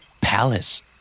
Palace